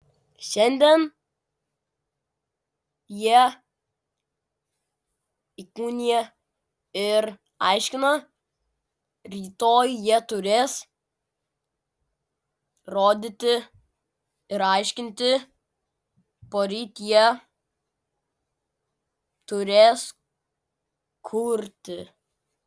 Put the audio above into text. šiandien jie įkūnija ir aiškina rytoj jie turės rodyti ir aiškinti poryt jie turės kurti